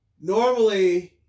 normally